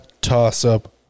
toss-up